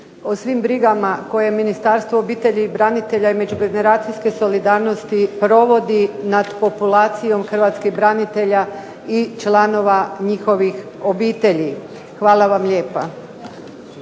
o svim brigama koje Ministarstvo obitelji, branitelja i međugeneracijske solidarnosti provodi nad populacijom hrvatskih branitelja i članova njihovih obitelji. Hvala vam lijepa.